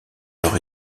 leur